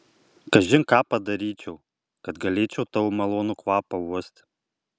kažin ką padaryčiau kad galėčiau tavo malonų kvapą uosti